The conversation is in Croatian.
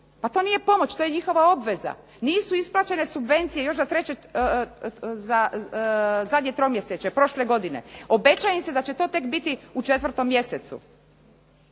Pa to nije pomoć, to je njihova obveza. Nisu isplaćene subvencije još za zadnje tromjesečje prošle godine. Obeća im se da će to tek biti u 4. mjesecu.